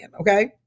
okay